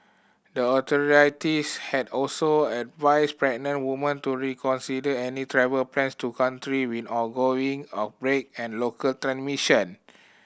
the authorities had also advised pregnant women to reconsider any travel plans to country with ongoing outbreak and local transmission